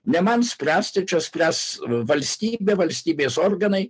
ne man spręsti čia spręs valstybė valstybės organai